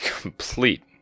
complete